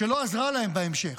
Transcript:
שלא עזרה להם בהמשך.